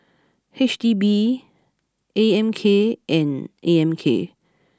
H D B A M K and A M K